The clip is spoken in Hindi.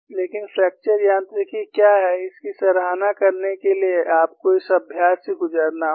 लेकिन फ्रैक्चर यांत्रिकी क्या है इसकी सराहना करने के लिए आपको इस अभ्यास से गुजरना होगा